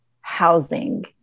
housing